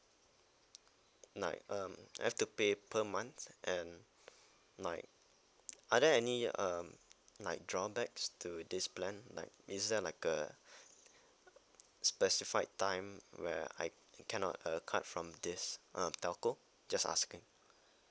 like um I have to pay per month and like are there any uh like drawbacks to this plan like is there like uh specified time where I cannot uh cut from this uh telco just asking